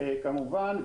כמובן,